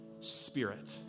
Spirit